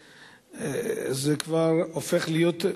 זה כבר הופך להיות,